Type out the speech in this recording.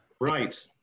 Right